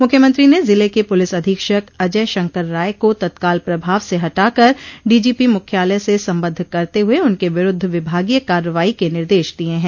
मुख्यमंत्री ने जिले के पुलिस अधीक्षक अजय शंकर राय को तत्काल प्रभाव से हटा कर डीजीपी मुख्यालय से संबद्ध करते हुए उनके विरूद्ध विभागीय कार्रवाई के निर्देश दिये हैं